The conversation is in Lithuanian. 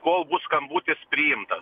kol bus skambutis priimtas